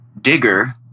digger